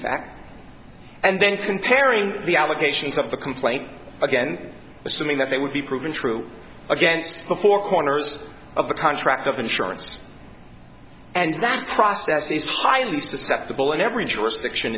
fact and then comparing the allegations of the complaint again assuming that they would be proven true against the four corners of the contract of insurance and that process is highly susceptible in every jurisdiction